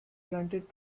granted